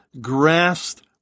grasped